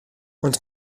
ond